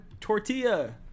tortilla